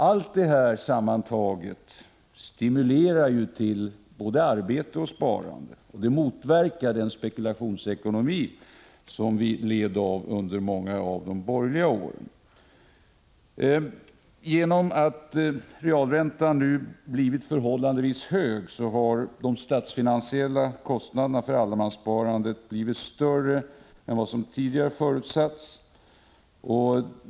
Allt detta sammantaget stimulerar till både arbete och sparande och motverkar den spekulationsekonomi som vi led av under många av de borgerliga åren. Genom att realräntan nu har blivit förhållandevis hög har de statliga kostnaderna för allemanssparandet blivit större än vad som tidigare förutsatts.